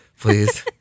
please